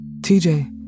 TJ